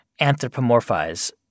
anthropomorphize